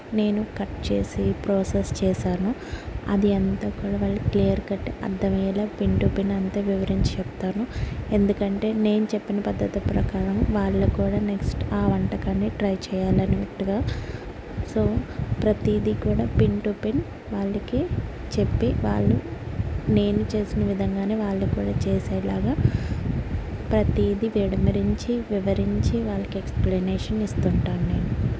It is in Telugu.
నేను కట్ చేసి ప్రాసెస్ చేశానో అది అంతా కూడా వాళ్ళు క్లియర్ కట్ అర్థమయ్యేలా పిన్ టు పిన్ అంతా వివరించి చెప్తాను ఎందుకంటే నేను చెప్పిన పద్ధతి ప్రకారం వాళ్ళు కూడా నెక్స్ట్ ఆ వంటకాన్ని ట్రై చేయాలి అనేటుగా సో ప్రతిదీ కూడా పిన్ టు పిన్ వాళ్ళకి చెప్పి వాళ్ళు నేను చేసిన విధంగానే వాళ్ళు కూడా చేసేలాగా ప్రతిదీ విడమరించి వివరించి వాళ్ళకి ఎక్స్ప్లనేషన్ ఇస్తుంటాను నేను